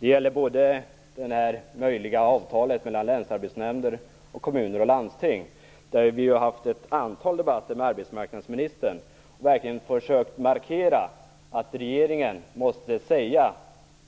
Det gäller exempelvis möjligheten till avtal mellan dels länsarbetsnämnder, dels kommuner och landsting. Vi har ju i ett antal debatter med arbetsmarknadsministern verkligen försökt markera att regeringen måste säga